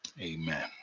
amen